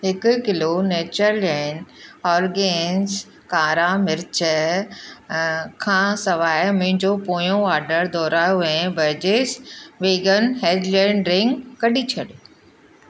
हिकु kilo Natureland organics कारा मिर्चु खां सवाइ मुंहिंजो पोयों ऑर्डरु दुहिरायो ऐं बोर्जिस वीगन हेज़लनट ड्रिंकु कढी छॾियो